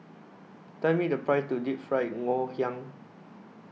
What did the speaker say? Tell Me The Price of Deep Fried Ngoh Hiang